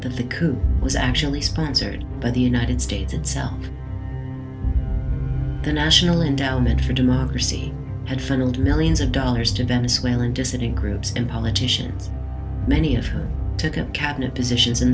coup was actually sponsored by the united states itself the national endowment for democracy and funneled millions of dollars to venezuelan dissident groups and politicians many of her ticket cabinet positions in